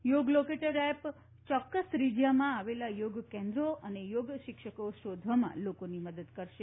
યોગ locator app ચોક્કસ ત્રિજયામાં આવેલા યોગ કેન્દ્રો તથા યોગ શિક્ષકો શોધવામાં લોકોની મદદ કરશે